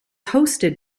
hosted